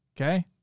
okay